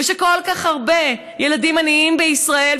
כשכל כך הרבה ילדים עניים בישראל,